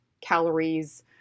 calories